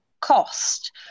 cost